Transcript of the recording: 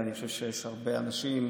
ואני חושב שיש הרבה אנשים,